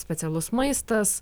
specialus maistas